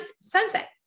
sunset